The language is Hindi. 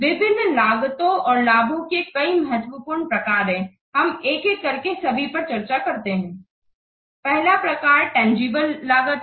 विभिन्न लागतों और लाभों के कई महत्वपूर्ण प्रकार हैं हम एक एक करके सभी पर चर्चा करते है पहला प्रकार तंजीबले लागत है